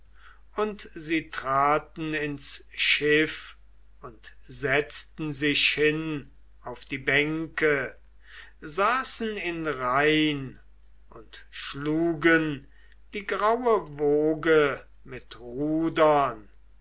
und sie traten ins schiff und setzten sich hin auf die bänke saßen in reihn und schlugen die graue woge mit rudern